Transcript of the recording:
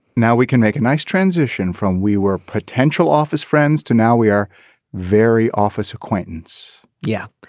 now we can make a nice transition from we were potential office friends to now we are very office acquaintance yeah.